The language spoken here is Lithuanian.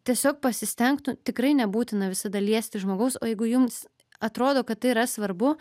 tiesiog pasistengtų tikrai nebūtina visada liesti žmogaus o jeigu jums atrodo kad tai yra svarbu